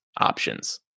options